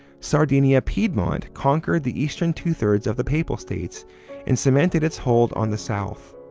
sardinia-piedmont conquered the eastern two-thirds of the papal states and cemented its hold on the south.